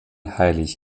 heilig